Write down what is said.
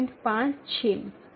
૫ છે